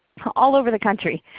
all over the country.